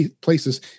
places